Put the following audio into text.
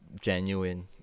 genuine